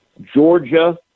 Georgia